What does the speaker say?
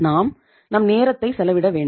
நாம் நம் நேரத்தை செலவிட வேண்டும்